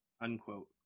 Unquote